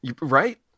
Right